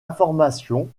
information